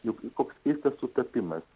juk koks keistas sutapimas